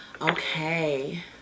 okay